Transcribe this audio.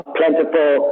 plentiful